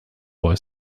boy